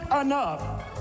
enough